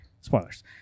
spoilers